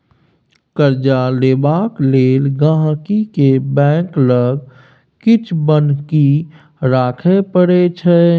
कर्जा लेबाक लेल गांहिकी केँ बैंक लग किछ बन्हकी राखय परै छै